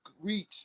reach